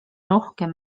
rohkem